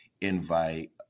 invite